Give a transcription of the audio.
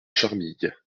charmilles